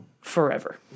Forever